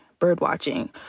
birdwatching